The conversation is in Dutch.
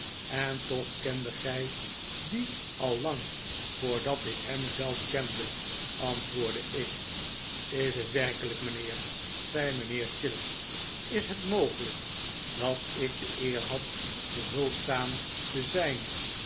en toch kendet gij dien al lang voordat ik hem zelf kende antwoordde ik is het werkelijk mijnheer zei mijnheer chillip is het mogelijk dat ik de eer had behulpzaam te zijn